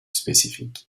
spécifiques